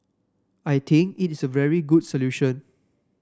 I think it's a very good solution